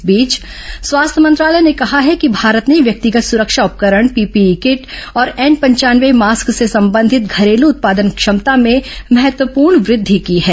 इस बीच स्वास्थ्य मंत्रालय ने कहा है कि भारत ने व्यक्तिगत सुरक्षा उपकरण पीपीई किट और एन पंचानवे मास्क से संबंधित घरेलू उत्पादन क्षमता में महत्वपूर्ण वृद्धि की है